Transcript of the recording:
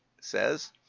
says